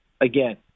Again